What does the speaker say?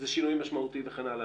זה שינוי משמעותי וכן הלאה.